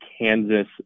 Kansas